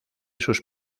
sus